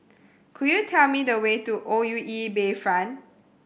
could you tell me the way to O U E Bayfront